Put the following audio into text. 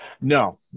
No